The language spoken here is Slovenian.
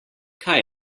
kaj